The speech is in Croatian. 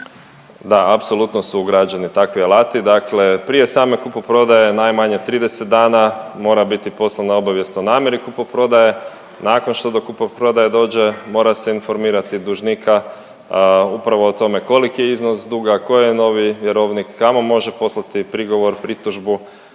Da, apsolutno su ugrađeni takvi alati. Dakle, prije same kupoprodaje najmanje 30 dana mora biti poslana obavijest o namjeri kupoprodaje. Nakon što do kupoprodaje dođe mora se informirati dužnika upravo o tome koliki je iznos duga, tko je novi vjerovnik, kamo može poslati prigovor, pritužbu